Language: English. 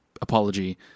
apology